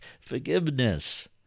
forgiveness